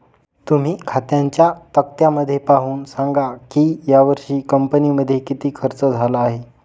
तुम्ही खात्यांच्या तक्त्यामध्ये पाहून सांगा की यावर्षी कंपनीमध्ये किती खर्च झाला आहे